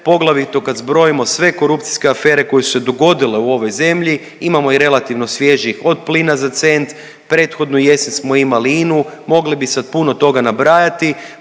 poglavito kad zbrojimo sve korupcijske afere koje su se dogodile u ovoj zemlji, imamo i relativno svježih, od plina za cent, prethodnu jesen smo imali INA-u, mogli bi sad puno toga nabrajati,